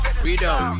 freedom